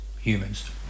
humans